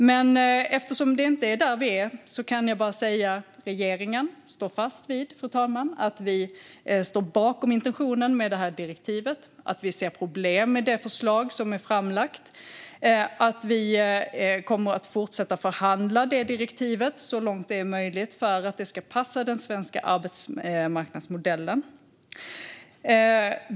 Men eftersom det inte är där vi är, fru talman, kan jag bara säga att regeringen står fast vid att vi står bakom intentionen med direktivet, att vi ser problem med det förslag som är framlagt och att vi kommer att fortsätta att förhandla om direktivet så långt det är möjligt för att det ska passa den svenska arbetsmarknadsmodellen.